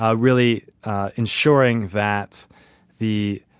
ah really ensuring that the